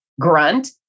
grunt